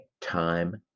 time